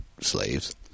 slaves